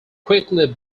quickly